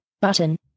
Button